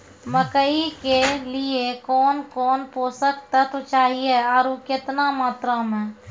मकई के लिए कौन कौन पोसक तत्व चाहिए आरु केतना मात्रा मे?